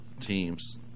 teams